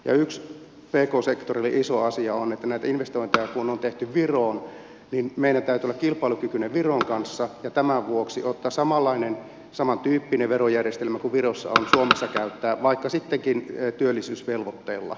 yksi pk sektorille iso asia on että kun näitä investointeja on tehty viroon niin meidän täytyy olla kilpailukykyinen viron kanssa ja tämän vuoksi ottaa samanlainen samantyyppinen verojärjestelmä kuin virossa on suomessa käyttöön vaikka sittenkin työllisyysvelvoitteella